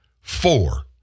Four